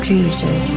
Jesus